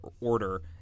order